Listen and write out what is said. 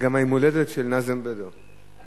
להבדיל אלף